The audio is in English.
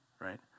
right